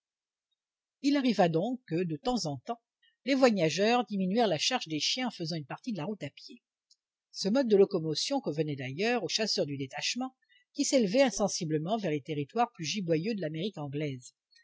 il arriva donc que de temps en temps les voyageurs diminuèrent la charge des chiens en faisant une partie de la route à pied ce mode de locomotion convenait d'ailleurs aux chasseurs du détachement qui s'élevait insensiblement vers les territoires plus giboyeux de l'amérique anglaise